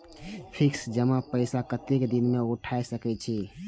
Fix जमा पैसा कतेक दिन में उठाई सके छी?